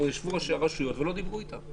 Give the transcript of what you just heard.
פה ישבו ראשי הרשויות ולא דיברו איתם.